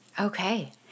Okay